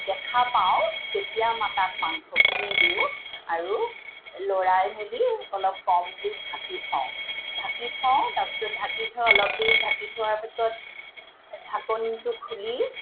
দেখা পাওঁ তেতিয়া তাত মাংসখিনি দিওঁ আৰু লৰাই মেলি অলপ কম জুইত ঢাকি থওঁ ঢাকি থওঁ তাৰপিছত ঢাকি থৈ অলপ দেৰি ঢাকি থোৱাৰ পিছত ঢাকনটো খুলি